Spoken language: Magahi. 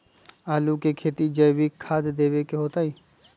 आलु के खेती जैविक खाध देवे से होतई?